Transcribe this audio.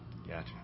Gotcha